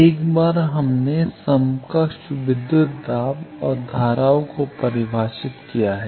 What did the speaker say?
एक बार जब हमने समकक्ष विद्युत दाब और धाराओं को परिभाषित किया है